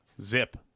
Zip